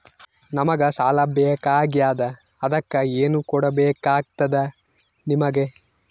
ನಮಗ ಸಾಲ ಬೇಕಾಗ್ಯದ ಅದಕ್ಕ ಏನು ಕೊಡಬೇಕಾಗ್ತದ ನಿಮಗೆ?